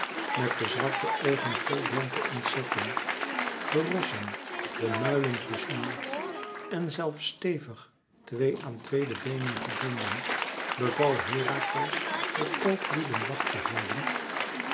met de zwarte oogen vol blanke ontzetting de rossen de muilen gesnoerd en zelfs stevig twee aan twee de beenen gebonden beval herakles de kooplieden wacht te houden